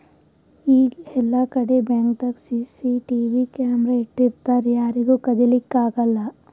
ಈಗ್ ಎಲ್ಲಾಕಡಿ ಬ್ಯಾಂಕ್ದಾಗ್ ಸಿಸಿಟಿವಿ ಕ್ಯಾಮರಾ ಇಟ್ಟಿರ್ತರ್ ಯಾರಿಗೂ ಕದಿಲಿಕ್ಕ್ ಆಗಲ್ಲ